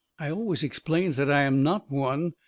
i always explains that i am not one,